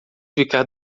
ficar